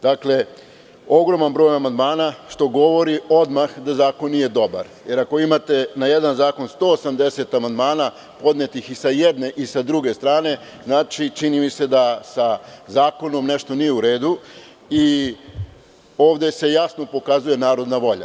Dakle, ogroman broj amandmana što govori odmah da zakon nije dobar, jer ako imate na jedan zakon 180 amandmana podnetih i sa jedne i sa druge strane, znači, čini mi se, da sa zakonom nešto nije u redu, i ovde se jasno pokazuje narodna volja.